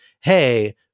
hey